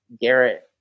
Garrett